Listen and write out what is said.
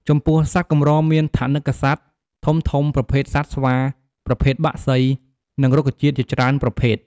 ចំពោះសត្វកម្រមានថនិកសត្វធំៗ ប្រភេទសត្វស្វា ប្រភេទបក្សី និងរុក្ខជាតិជាច្រើនប្រភេទ។